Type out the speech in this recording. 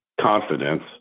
confidence